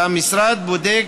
והמשרד בודק